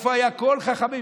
איפה היו כל החכמים?